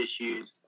issues